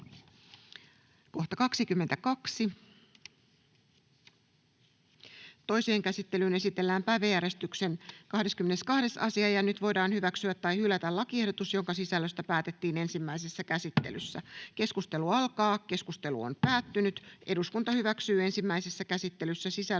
Toiseen käsittelyyn esitellään päiväjärjestyksen 12. asia. Nyt voidaan hyväksyä tai hylätä lakiehdotukset, joiden sisällöstä päätettiin ensimmäisessä käsittelyssä. — Keskustelu alkaa. Edustaja Siponen. Kiitoksia, arvoisa rouva puhemies! Nyt käsittelyssä on